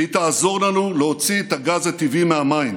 והיא תעזור לנו להוציא את הגז הטבעי מהמים.